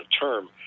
term